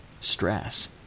stress